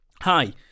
Hi